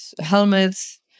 helmets